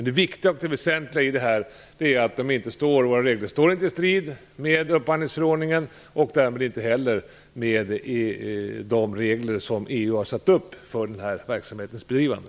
Det viktiga och det väsentliga i det här är alltså att våra regler inte står i strid med upphandlingsförordningen och därmed inte heller med de regler som EU har satt upp för den här verksamhetens bedrivande.